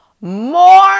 more